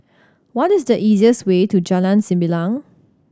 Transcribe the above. what is the easiest way to Jalan Sembilang